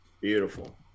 Beautiful